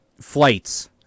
flights